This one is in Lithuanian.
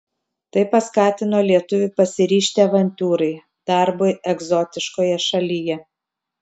tai paskatino lietuvį pasiryžti avantiūrai darbui egzotiškoje šalyje